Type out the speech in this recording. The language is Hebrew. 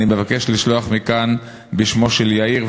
אני מבקש לשלוח מכאן בשמו של יאיר,